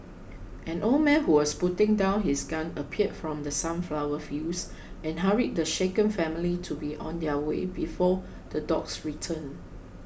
an old man who was putting down his gun appeared from the sunflower fields and hurried the shaken family to be on their way before the dogs return